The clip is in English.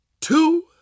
two